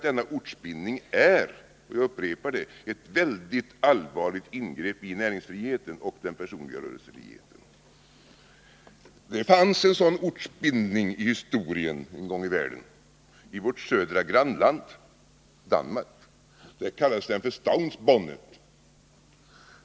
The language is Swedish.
Denna ortsbindning är — jag upprepar det — ett mycket allvarligt ingrepp i näringsfriheten och den personliga rörelsefriheten. Det fanns en gång i världen en sådan ortsbindning i vårt södra grannland Danmark. Där kallades den för stavnsbaand.